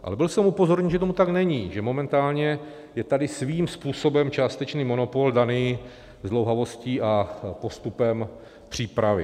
Ale byl jsem upozorněn, že tomu tak není, že momentálně je tady svým způsobem částečný monopol daný zdlouhavostí a postupem přípravy.